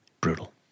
Brutal